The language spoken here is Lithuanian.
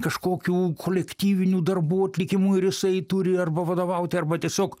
kažkokių kolektyvinių darbų atlikimu ir jisai turi arba vadovauti arba tiesiog